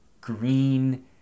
green